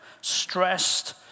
stressed